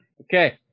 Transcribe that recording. Okay